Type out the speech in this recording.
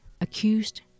accused